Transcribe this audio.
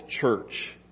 Church